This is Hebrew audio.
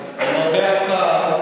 היחסים עם אחינו בתפוצות, ובמיוחד עם יהדות